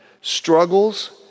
struggles